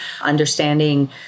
understanding